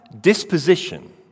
disposition